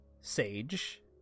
sage